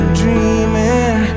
dreaming